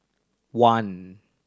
one